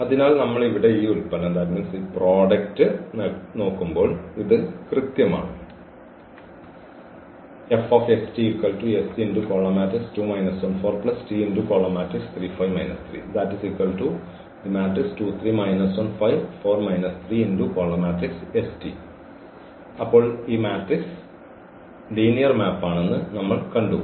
അതിനാൽ നമ്മൾ ഇവിടെ ഈ ഉൽപ്പന്നം നോക്കുമ്പോൾ ഇത് കൃത്യമാണ് അപ്പോൾ ഈ മാട്രിക്സ് ലീനിയർ മാപ്പാണെന്ന് നമ്മൾ കണ്ടു